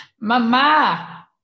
Mama